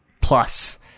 plus